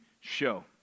show